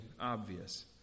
obvious